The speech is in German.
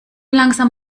langsam